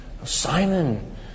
Simon